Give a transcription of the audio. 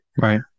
Right